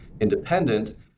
independent